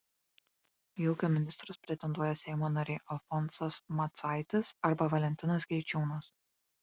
į ūkio ministrus pretenduoja seimo nariai alfonsas macaitis arba valentinas greičiūnas